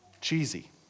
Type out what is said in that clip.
cheesy